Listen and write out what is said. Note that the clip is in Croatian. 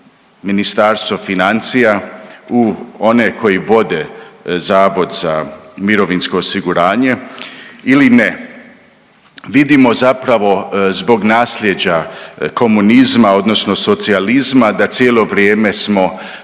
Ministarstvo financija u one koji vode Zavod za mirovinsko osiguranje ili ne? Vidimo zapravo zbog naslijeđa komunizma odnosno socijalizma da cijelo vrijeme smo